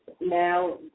Now